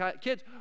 kids